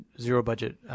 zero-budget